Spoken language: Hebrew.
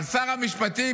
אבל שר המשפטים,